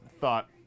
thought